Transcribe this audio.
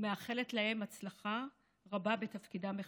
ומאחלת להם הצלחה רבה בתפקידם החדש.